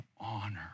honor